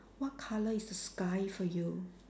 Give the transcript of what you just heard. what colour is the sky for you